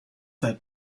that